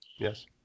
Yes